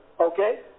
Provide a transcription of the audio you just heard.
okay